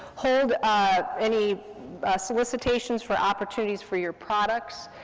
hold any solicitations for opportunities for your products,